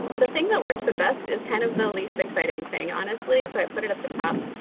the thing that worked the best is kind of the least exciting thing honestly so i put it at the top.